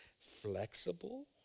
flexible